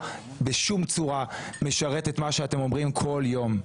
בשום צורה זה לא משרת את מה שאתם אומרים כל יום.